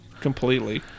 completely